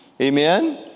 amen